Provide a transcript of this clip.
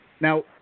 Now